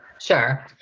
sure